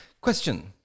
Question